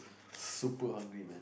super hungry man